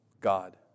God